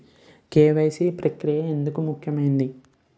KYC ప్రక్రియ ఎందుకు ముఖ్యమైనది?